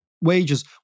wages